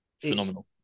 Phenomenal